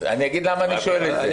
אני אגיד למה אני שואל את זה.